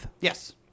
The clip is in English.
Yes